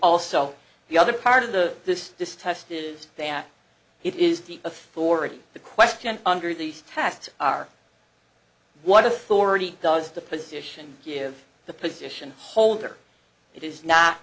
also the other part of the this this test is that it is the authority the question under these tests are what authority does the position give the position holder it is not